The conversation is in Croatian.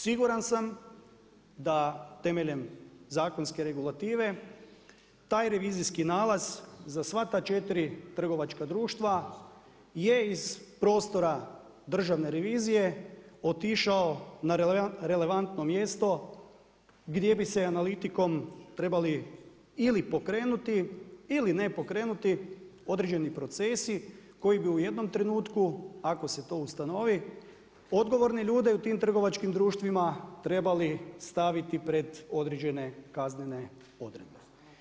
Siguran sam da temeljem zakonske regulative, taj revizijski nalaz, za sva ta 4 trgovačka društva, je iz prostora državne revizije, otišao na relevantno mjesto, gdje bi se analitikom trebali pokrenuti ili nepokrenuti određeni procesi, koji bi u jednom trenutku, ako se to ustanovi, odgovorni ljudi u tim trgovačkim društvima trebali staviti pred određene kaznene odredbe.